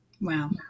Wow